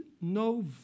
no